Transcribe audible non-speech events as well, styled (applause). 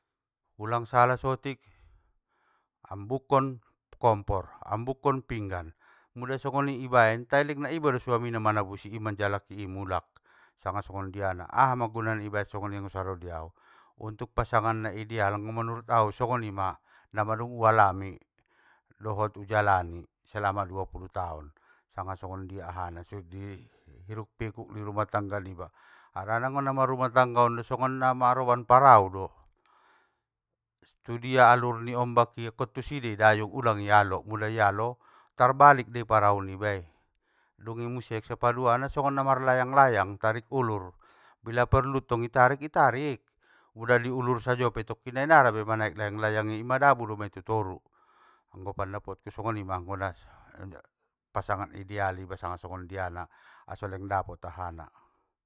Ulang sala sotik, ambukkon kompor, ambukkon pinggan, mulasongoni ibaen, tai lengna iba do suamina manabusi i manjaliki i mulak sanga songondiana, ahama gunana ibaen songoni anggo saro diau. Anggo pasangan na ideal anggo manurut au songonima, namadung ualami, dohot ujalani, selama duapulu taon, sanga songondia ahana sondi, hiruk pikuk nirumah tangga niba, harana namarumah tangga on songon namaroban parau do, tudia alur ni ombaki akkon tusi dei dayung, ulang i alo, muda i alo, tarbalik dei parau nibai. Dungi muse, sapaduana songon namarlayang layang tarik ulur, porlu tong itarik, itarik! Pula i ulur sajo pe tokkinnai narabe manaek layang layangi madabu domai tu toru. Anggo pandapotku songonima, anggo na (unintelligible) pasangan ideal iba sanga songondiana aso leng dapot ahana.